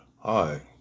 Hi